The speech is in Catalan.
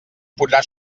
podrà